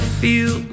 feel